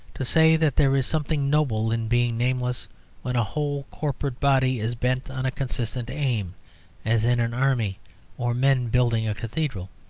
to say that there is something noble in being nameless when a whole corporate body is bent on a consistent aim as in an army or men building a cathedral.